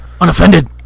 unoffended